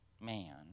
man